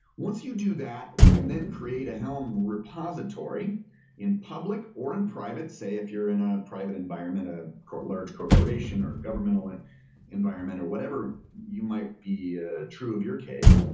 once you do that, you can then create a helm repository in public or in private. say, if you're in ah a private environment, ah a large corporation or governmental and environment or whatever you might be ah true of your case,